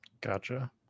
Gotcha